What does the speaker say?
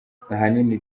ahanini